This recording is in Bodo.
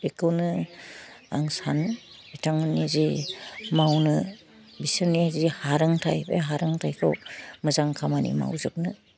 बेखौनो आं सानो बिथांमोननि जे मावनो बिसोरनि जे हारोंथाइ बे हारोंथाइखौ मोजां खामानि मावजोबनो